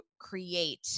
create